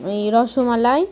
এ rasmalai